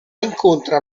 incontra